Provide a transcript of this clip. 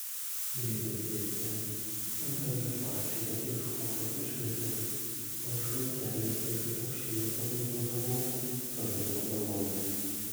deivio tėtį antroje klasėje iš choro išmetė o aš vaikeliui ir lopšinę padainuodavau palinguodavau